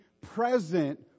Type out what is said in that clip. present